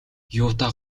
юутай